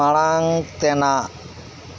ᱢᱟᱲᱟᱝ ᱛᱮᱱᱟᱜ